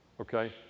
okay